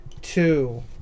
two